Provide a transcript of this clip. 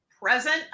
present